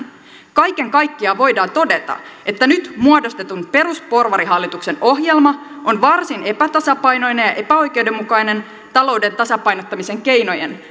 kaiken kaikkiaan voidaan todeta että nyt muodostetun perusporvarihallituksen ohjelma on varsin epätasapainoinen ja epäoikeudenmukainen talouden tasapainottamisen keinojen